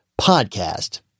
podcast